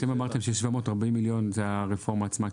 אתם אמרתם ש- 740 מיליון זה הרפורמה עצמה,